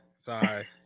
sorry